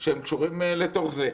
שקשורים לזה.